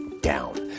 down